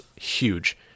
huge